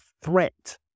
threat